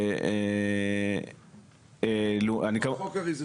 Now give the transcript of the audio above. החוק לא